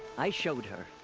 i showed her.